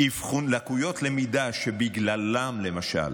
אבחון לקויות למידה שבגללן, למשל,